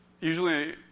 usually